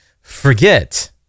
forget